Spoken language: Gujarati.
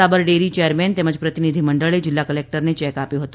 સાબર ડેરી ચેરમેન તેમજ પ્રતિનિધી મંડળે જિલ્લા કલેકટરને ચેક આપ્યો હતો